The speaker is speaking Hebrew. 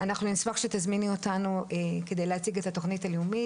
אנחנו נשמח שתזמיני אותנו כדי להציג את התוכנית הלאומית,